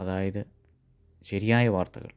അതായത് ശരിയായ വാർത്തകൾ